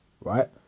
right